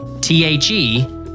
T-H-E